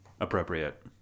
appropriate